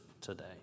today